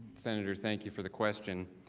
center, thank you, for the question.